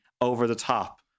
over-the-top